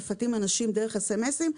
מפתים אנשים דרך מסרונים,